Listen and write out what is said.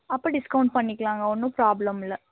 அப்போ டிஸ்கௌண்ட் பண்ணிக்கலாங்க ஒன்றும் ப்ராப்ளம் இல்லை